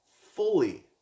fully